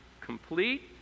complete